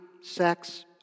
sex